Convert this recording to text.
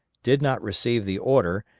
did not receive the order,